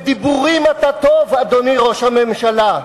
בדיבורים אתה טוב, אדוני ראש הממשלה.